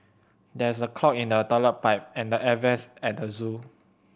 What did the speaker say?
there is a clog in the toilet pipe and the air vents at the zoo